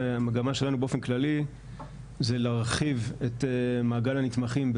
שהמגמה שלנו באופן כללי זה להרחיב את מעגל הנתמכים,